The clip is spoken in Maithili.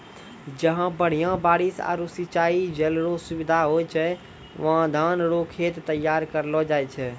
जहां बढ़िया बारिश आरू सिंचाई जल रो सुविधा होय छै वहां धान रो खेत तैयार करलो जाय छै